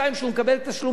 כשהוא מקבל את חשבון החשמל,